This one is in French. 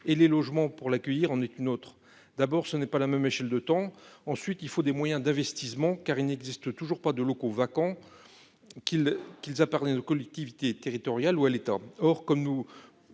et les logements pour l'accueillir en est une autre d'abord ce n'est pas la même échelle de temps, ensuite il faut des moyens d'investissement car il n'existe toujours pas de locaux vacants qu'ils qu'ils à parlé de collectivités territoriale ou à l'État,